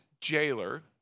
jailer